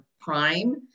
prime